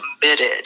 committed